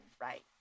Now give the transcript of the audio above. right